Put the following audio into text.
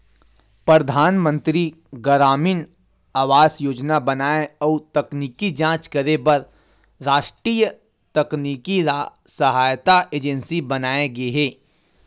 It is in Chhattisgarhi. परधानमंतरी गरामीन आवास योजना बनाए अउ तकनीकी जांच करे बर रास्टीय तकनीकी सहायता एजेंसी बनाये गे हे